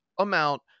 amount